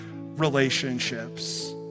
relationships